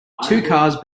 cars